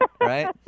Right